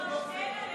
מיקי,